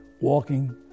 walking